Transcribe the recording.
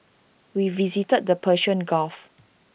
we visited the Persian gulf